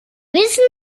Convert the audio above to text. wissen